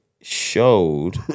showed